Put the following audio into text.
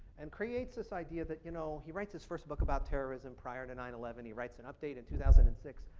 and creates this idea that you know he writes his first book about terrorism prior to nine eleven. he writes an update in two thousand and six.